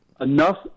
enough